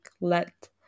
let